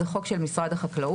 זה חוק של משרד החקלאות,